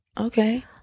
Okay